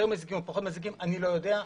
אם יותר או פחות מזיקים אני לא יודע,